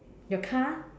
your car